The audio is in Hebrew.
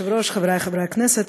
כבוד היושב-ראש, חברי חברי הכנסת,